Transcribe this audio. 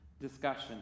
discussion